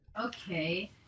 Okay